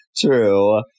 true